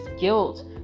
guilt